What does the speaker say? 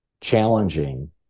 challenging